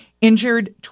injured